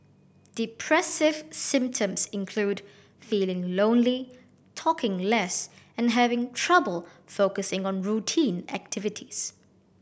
depressive symptoms include feeling lonely talking less and having trouble focusing on routine activities